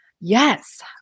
Yes